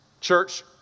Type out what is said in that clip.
Church